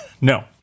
no